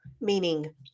meaning